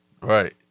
Right